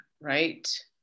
right